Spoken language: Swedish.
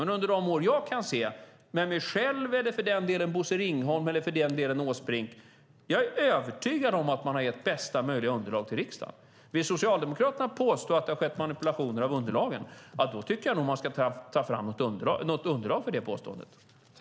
Men under de år som jag kan se, med mig själv eller för den delen Bosse Ringholm eller Åsbrink, är jag övertygad om att man har gett bästa möjliga underlag till riksdagen. Vill Socialdemokraterna påstå att det har skett manipulationer av underlagen tycker jag nog att man ska ta fram något underlag för det påståendet.